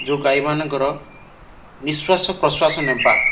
ଯେଉଁ ଗାଈମାନଙ୍କର ନିଶ୍ୱାସ ପ୍ରଶ୍ଵାସ ନେବା